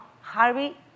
Harvey